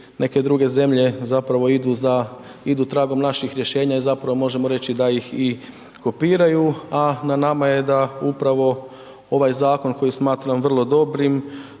neke druge zemlje zapravo idu tragom naših rješenja i zapravo možemo reći da ih i kopiraju a na nama je da upravo ovaj zakon koji smatram vrlo dobrim,